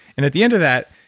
and at the end of that,